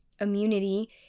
immunity